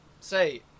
say